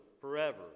forever